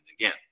again